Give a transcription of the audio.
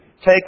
take